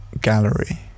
gallery